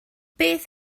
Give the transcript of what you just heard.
beth